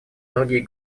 другие